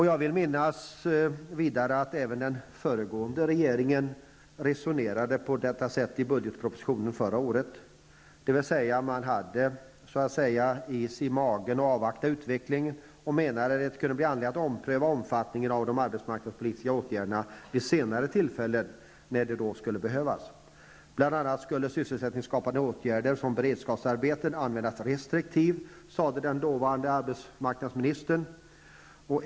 Jag vill minnas att den föregående regeringen också resonerade på detta sätt i den förra budgetpropositionen. Man hade så att säga is i magen och avvaktade utvecklingen samt menade att det kunde bli anledning att ompröva omfattningen av de arbetsmarknadspolitiska åtgärderna vid senare tillfälle om så skulle behövas. Bl.a. skulle sysselsättningsskapande åtgärder såsom beredskapsarbeten användas restriktivt, sade den dåvarande arbetsmarknadsministern.